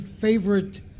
favorite